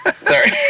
Sorry